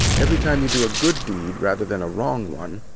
every time you do a good deed rather than a wrong one,